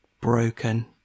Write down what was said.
broken